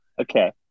Okay